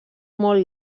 molt